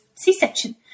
C-section